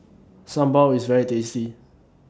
Sambal IS very tasty